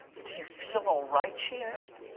do you feel alright? she asked.